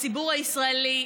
הציבור הישראלי,